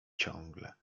ciągle